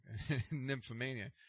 Nymphomania